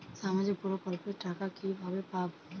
সামাজিক প্রকল্পের টাকা কিভাবে পাব?